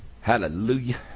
Hallelujah